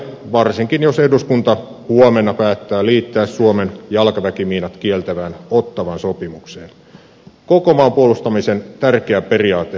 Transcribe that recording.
varsinkin jos eduskunta huomenna päättää liittää suomen jalkaväkimiinat kieltävään ottawan sopimukseen koko maan puolustamisen tärkeä periaate on vaakalaudalla